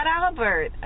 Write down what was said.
Albert